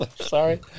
Sorry